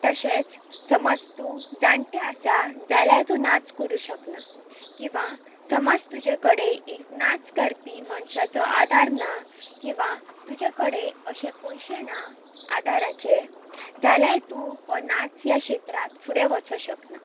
तशेंच समज तूं जाणटे आसा जाल्या तूं नाच करूं शकना किंवां समज तुजे कडेन एक नाच करपी मनशाचो आदार ना किंवां तुजे कडेन अशे पयशे ना आदाराचे जाल्यार तूं हो नाच ह्या क्षेत्रांत फुडें वचूं शकना